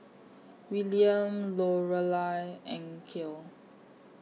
William Lorelai and Kale